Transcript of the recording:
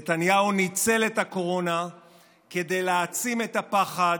ניצל נתניהו את הקורונה כדי להעצים את הפחד,